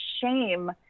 shame